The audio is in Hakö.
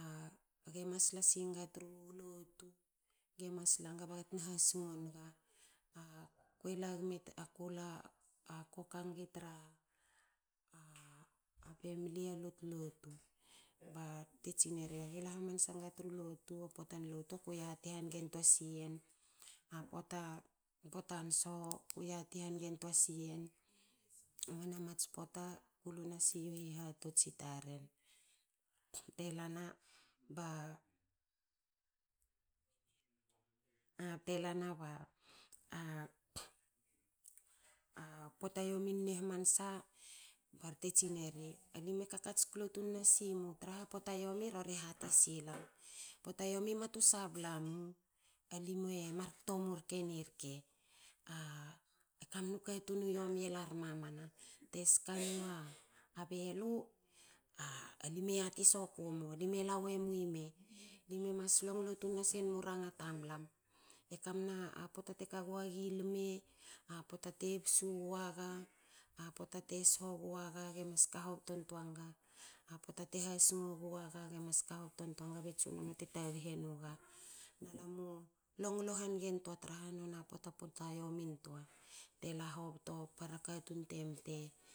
Age masla singa tru lotu. Gemas langa bagatna hasingo nga. Aku la kan ngi tra a femli a lotlotu ba te tsinera aga e luhamansa nga tru lotu ba potan lotu ko yati hangentua siyen, a pota potan soho. yati hangeua siyen a pota. Noni a mats pota kulun sia u hihatots i tanen bte lana, bte lana pota yominue hamansa ba rori te tsineri a limu e kakats klo tun nasimu traha pota yomi rori hati silam. Pota yomi. matu sabsala mu. alimu e mar koto umu i rke ni rke e kamnu katun yomi e lar mamana te skan tua a belu. alimu yati soku mu limu e lawomi me. Limue mas longlo tun nasanum u ranga tamlam e kam na